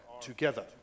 together